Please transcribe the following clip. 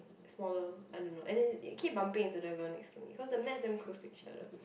smaller I don't know and then it keep bumping into the girl next to me cause the mats damn close to each other